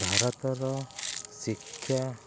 ଭାରତର ଶିକ୍ଷା